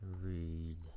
Read